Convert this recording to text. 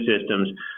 systems